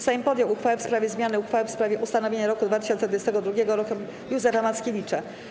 Sejm podjął uchwałę w sprawie zmiany uchwały w sprawie ustanowienia roku 2022 Rokiem Józefa Mackiewicza.